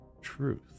truth